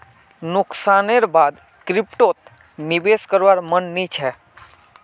नुकसानेर बा द क्रिप्टोत निवेश करवार मन नइ छ